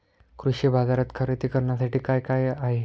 कृषी बाजारात खरेदी करण्यासाठी काय काय आहे?